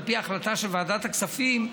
על פי החלטה של ועדת הכספים,